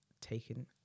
taken